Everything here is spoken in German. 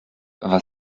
war